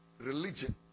religion